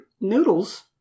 noodles